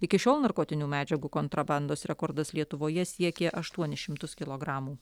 iki šiol narkotinių medžiagų kontrabandos rekordas lietuvoje siekė aštuonis šimtus kilogramų